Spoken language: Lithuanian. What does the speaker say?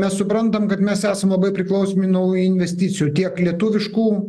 mes suprantam kad mes esame labai priklausomi nuo investicijų tiek lietuviškų